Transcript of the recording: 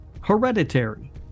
Hereditary